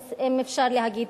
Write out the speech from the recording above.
אם אפשר להגיד,